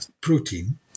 protein